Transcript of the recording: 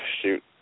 shoot